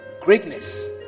greatness